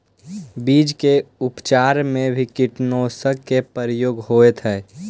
बीज के उपचार में भी किटोशन के प्रयोग होइत हई